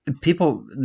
people